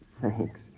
Thanks